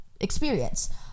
experience